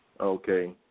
Okay